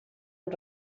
amb